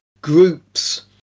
groups